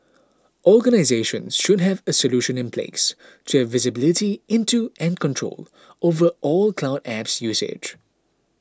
organisations should have a solution in place to have visibility into and control over all cloud apps usage